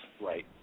right